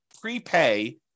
prepay